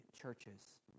churches